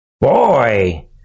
Boy